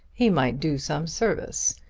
he might do some service.